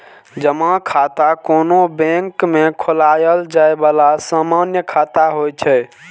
जमा खाता कोनो बैंक मे खोलाएल जाए बला सामान्य खाता होइ छै